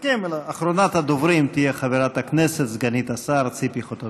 אחרונת הדוברים תהיה חברת הכנסת וסגנית השר ציפי חוטובלי.